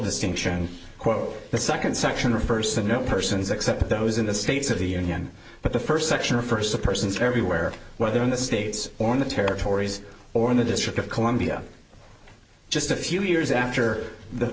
distinction quote the second section refers to no persons except those in the states of the union but the first section or first persons everywhere whether in the states or in the territories or in the district of columbia just a few years after the